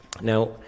Now